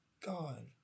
God